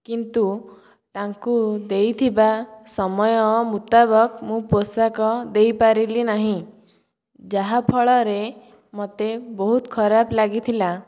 କିନ୍ତୁ ତାଙ୍କୁ ଦେଇଥିବା ସମୟ ମୁତାବକ ମୁଁ ପୋଷାକ ଦେଇପାରିଲି ନାହିଁ ଯାହା ଫଳରେ ମୋତେ ବହୁତ ଖରାପ ଲାଗିଥିଲା